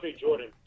Jordan